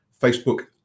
Facebook